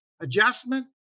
adjustment